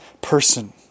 person